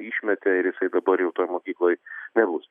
išmetė ir jisai dabar jau toj mokykloj nebus